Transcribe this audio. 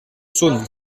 saône